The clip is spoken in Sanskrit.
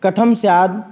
कथं स्यात्